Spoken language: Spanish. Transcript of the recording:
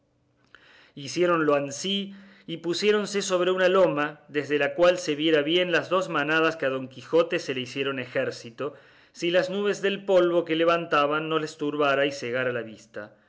hiciéronlo ansí y pusierónse sobre una loma desde la cual se vieran bien las dos manadas que a don quijote se le hicieron ejército si las nubes del polvo que levantaban no les turbara y cegara la vista